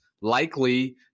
likely